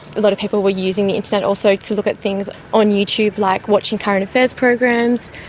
a lot of people were using the internet also to look at things on youtube like watching current affairs programs,